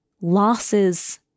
losses